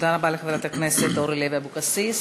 תודה רבה לחברת הכנסת אורלי לוי אבקסיס.